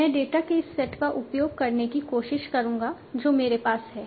मैं डेटा के इस सेट का उपयोग करने की कोशिश करूंगा जो मेरे पास है